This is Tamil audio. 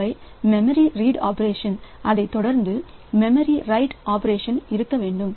எனவே மெமரி ரீட் ஆபரேஷன் அதைத் தொடர்ந்து மெமரி ரைட் ஆபரேஷன் இருக்க வேண்டும்